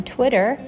Twitter